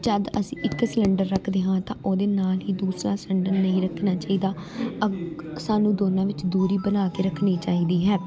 ਜਦੋਂ ਅਸੀਂ ਇੱਕ ਸਿਲੰਡਰ ਰੱਖਦੇ ਹਾਂ ਤਾਂ ਉਹਦੇ ਨਾਲ ਹੀ ਦੂਸਰਾ ਸਿਲੰਡਰ ਨਹੀਂ ਰੱਖਣਾ ਚਾਹੀਦਾ ਅੱਗ ਸਾਨੂੰ ਦੋਨਾਂ ਵਿੱਚ ਦੂਰੀ ਬਣਾ ਕੇ ਰੱਖਣੀ ਚਾਹੀਦੀ ਹੈ